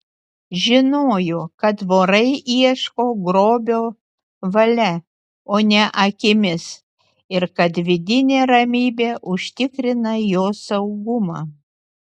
žinojo kad vorai ieško grobio valia o ne akimis ir kad vidinė ramybė užtikrina jo saugumą